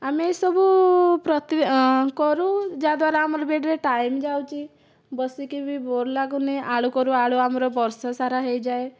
ଆମେ ଏସବୁ ପ୍ରତି କରୁ ଯାହାଦ୍ୱାରା ଆମର ବି ଏଥିରେ ଟାଇମ୍ ଯାଉଛି ବସିକି ବି ବୋର୍ ଲାଗୁନି ଆଳୁ କରୁ ଆଳୁ ଆମର ବର୍ଷ ସାରା ହୋଇଯାଏ